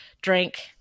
drink